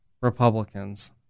Republicans